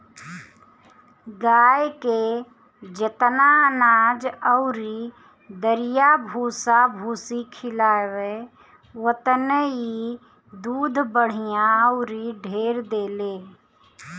गाए के जेतना अनाज अउरी दरिया भूसा भूसी खियाव ओतने इ दूध बढ़िया अउरी ढेर देले